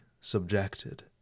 subjected